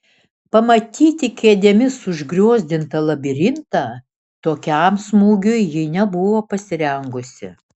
pamatyti kėdėmis užgriozdintą labirintą tokiam smūgiui ji nebuvo pasirengusi